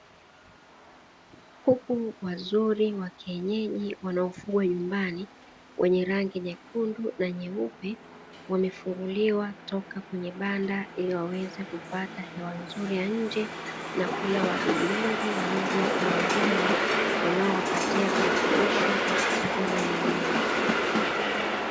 Kuku wazuri wa kienyeji, wanaofugwa nyumbani, wenye rangi nyekundu na nyeupe, wamefunguliwa toka kwenye banda, ili waweze kupata hewa nzuri ya nje, na kula wadudu wengi.